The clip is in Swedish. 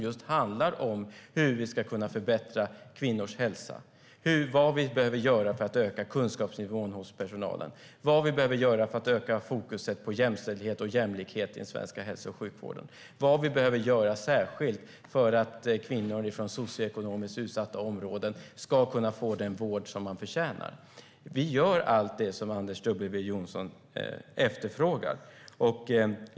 Den handlar just om hur vi ska kunna förbättra kvinnors hälsa, vad vi behöver göra för att öka kunskapsnivån hos personalen, vad vi behöver göra för att öka fokuset på jämställdhet och jämlikhet i den svenska hälso och sjukvården och vad vi behöver göra särskilt för att kvinnor från socioekonomiskt utsatta områden ska kunna få den vård de förtjänar. Vi gör allt det Anders W Jonsson efterfrågar.